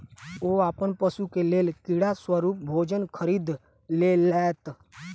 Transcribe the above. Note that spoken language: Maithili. ओ अपन पशु के लेल कीड़ा स्वरूप भोजन खरीद लेलैत